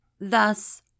Thus